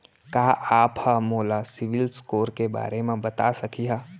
का आप हा मोला सिविल स्कोर के बारे मा बता सकिहा?